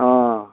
ओ